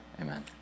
amen